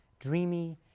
dreamy,